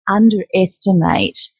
underestimate